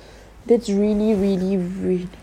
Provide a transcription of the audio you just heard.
that's really really really